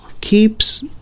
keeps